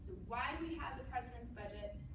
why we have the president's budget?